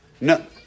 No